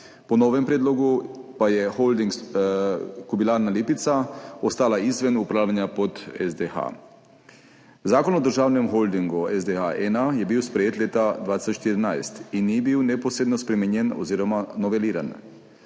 Po novem predlogu pa je Holding Kobilarna Lipica ostala izven upravljanja pod SDH. Zakon o državnem holdingu, ZSDH-1, je bil sprejet leta 2014 in ni bil neposredno spremenjen oziroma noveliran.